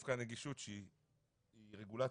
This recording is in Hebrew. דווקא רגישות שהיא רגולציה,